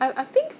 I I think